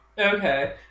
Okay